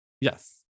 yes